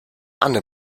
anne